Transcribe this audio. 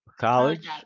College